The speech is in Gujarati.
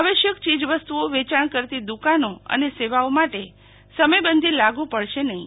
આવશ્યક ચીજવસ્તુઓ વેચાણ કરતી દુકાનો અને સેવાનો માટે સમયબંધી લાગુ પડશે નહીં